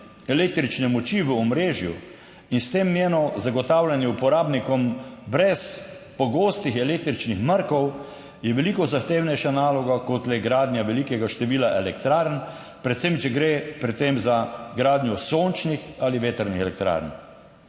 električne moči v omrežju in s tem njeno zagotavljanje uporabnikom brez pogostih električnih mrkov je veliko zahtevnejša naloga, kot le gradnja velikega števila elektrarn, predvsem če gre pri tem za gradnjo sončnih ali vetrnih elektrarn.